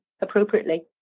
appropriately